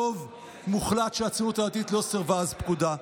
רוב מוחלט של הציונות הדתית לא סירב אז פקודה.